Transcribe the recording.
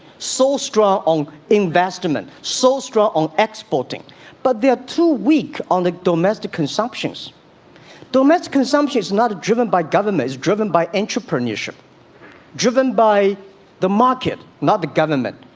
so strong on investment so strong on exporting but they are too weak on the domestic consumption domestic consumption is not driven by governments driven by entrepreneurship driven by the market not the government,